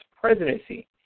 presidency